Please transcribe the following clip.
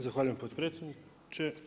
Zahvaljujem potpredsjedniče.